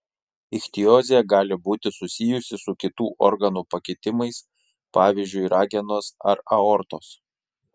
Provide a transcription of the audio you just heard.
ichtiozė gali būti susijusi su kitų organų pakitimais pavyzdžiui ragenos ar aortos